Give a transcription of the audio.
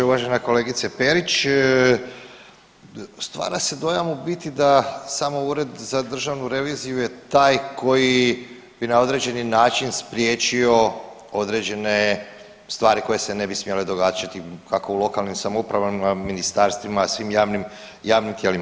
Uvažena kolegice Perić, stvara se dojam u biti da samo ured za državnu reviziju je taj koji bi na određeni način spriječio određene stvari koje se ne bi smjele događati kako u lokalnim samoupravama, ministarstvima, svim javnim, javnim tijelima.